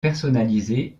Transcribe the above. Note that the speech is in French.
personnalisée